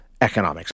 Economics